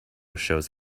shows